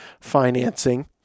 financing